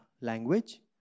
language